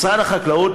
משרד החקלאות,